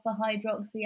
hydroxy